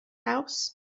house